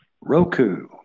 Roku